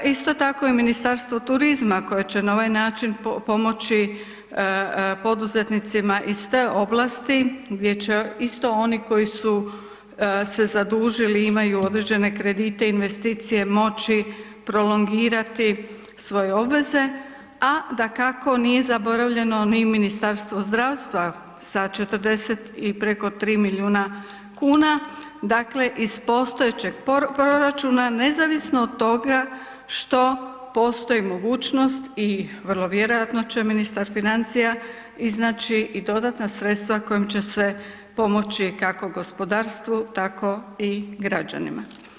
Isto tako i Ministarstvo turizma koje će na ovaj način pomoći poduzetnicima iz te oblasti gdje će isto oni koji su se zadužili i imaju određene kredite i investicije moći prolongirati svoje obveze, a dakako nije zaboravljeno ni Ministarstvo zdravstva sa 40 i preko 3 milijuna kuna, dakle iz postojećeg proračuna nezavisno od toga što postoji mogućnost i vrlo vjerojatno će ministar financija iznaći i dodatna sredstva kojim će se pomoći kako gospodarstvu tako i građanima.